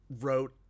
wrote